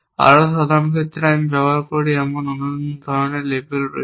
আরও সাধারণ ক্ষেত্রে আমরা ব্যবহার করি এমন অন্যান্য ধরণের লেবেল রয়েছে